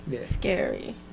scary